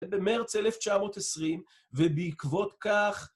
זה במרץ 1920, ובעקבות כך...